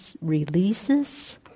releases